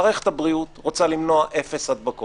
מערכת הבריאות רוצה למנוע הדבקות